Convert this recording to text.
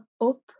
up